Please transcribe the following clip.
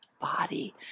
body